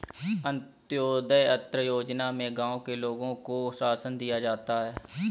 अंत्योदय अन्न योजना में गांव के लोगों को राशन दिया जाता है